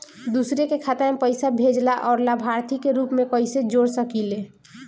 दूसरे के खाता में पइसा भेजेला और लभार्थी के रूप में कइसे जोड़ सकिले?